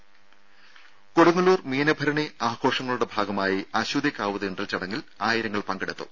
രുര കൊടുങ്ങല്ലൂർ മീനഭരണി ആഘോഷങ്ങളുടെ ഭാഗമായി അശ്വതി കാവുതീണ്ടൽ ചടങ്ങിൽ ആയിരങ്ങൾ പങ്കെടുത്തു